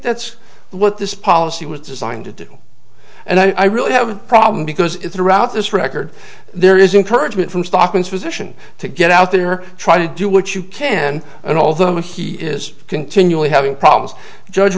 that's what this policy was designed to do and i really have a problem because it throughout this record there is encouraged from stockton's position to get out there try to do what you can and although he is continually having problems judge